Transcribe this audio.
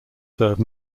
serve